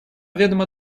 ведомо